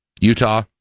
Utah